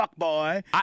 fuckboy